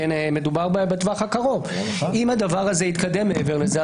מדובר על הטווח הקרוב אם הדבר הזה יתקדם מעבר לזה,